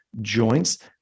joints